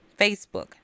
Facebook